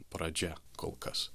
pradžia kol kas